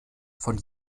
von